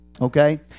Okay